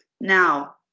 now